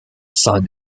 sun